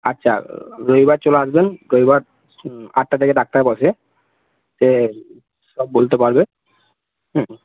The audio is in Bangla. আচ্ছা রবিবার চলে আসবেন রবিবার আটটা থেকে ডাক্তার বসে সে সব বলতে পারবে হুম